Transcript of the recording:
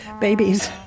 babies